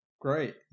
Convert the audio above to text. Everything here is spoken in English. great